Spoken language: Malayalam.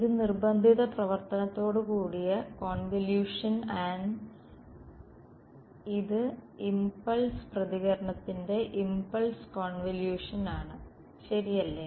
ഇത് നിർബന്ധിത പ്രവർത്തനത്തോടുകൂടിയ കോൺവൊല്യൂഷൻ ആൻ ഇത് ഇoപൾസ് പ്രതികരണത്തിന്റെ ഇoപൾസ് കോൺവൊല്യൂഷൻ ആണ് ശരിയല്ലേ